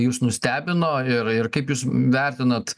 jus nustebino ir ir kaip jūs vertinat